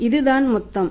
எனவே இதுதான் மொத்தம்